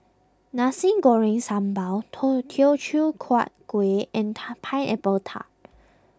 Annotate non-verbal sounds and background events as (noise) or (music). Nasi Goreng Sambal Teochew Huat Kuih and (noise) Pineapple Tart